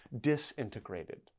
disintegrated